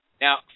Now